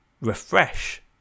refresh